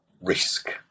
risk